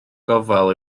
gofal